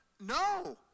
No